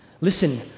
listen